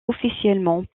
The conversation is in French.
officiellement